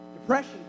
Depression